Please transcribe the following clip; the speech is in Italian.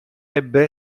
ebbe